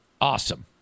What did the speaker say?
Awesome